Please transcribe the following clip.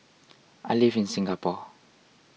I live in Singapore